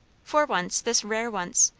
for once, this rare once,